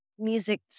music